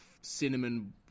Cinnamon